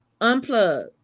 Unplug